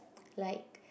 like